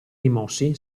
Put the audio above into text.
rimossi